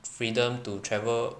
freedom to travel